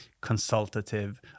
consultative